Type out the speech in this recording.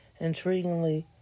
Intriguingly